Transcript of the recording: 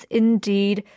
indeed